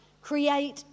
Create